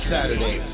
Saturday